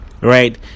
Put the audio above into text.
right